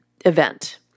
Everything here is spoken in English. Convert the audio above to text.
event